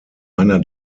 einer